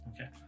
Okay